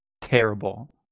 terrible